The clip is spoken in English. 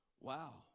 Wow